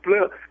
look